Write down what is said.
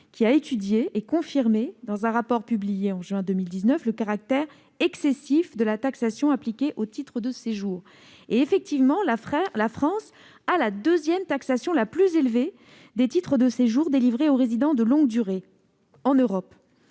a étudié et confirmé dans un rapport publié en juin 2019 le caractère excessif de la taxation appliquée aux titres de séjour. Ainsi, la France applique la deuxième taxation la plus élevée en Europe pour les titres de séjour délivrés aux résidents de longue durée.